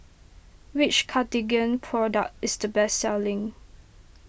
which Cartigain product is the best selling